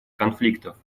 конфликтов